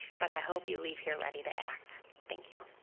but i hope you leave here ready to act. thank you.